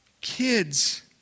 Kids